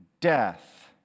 death